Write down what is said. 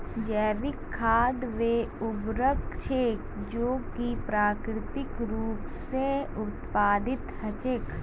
जैविक खाद वे उर्वरक छेक जो कि प्राकृतिक रूप स उत्पादित हछेक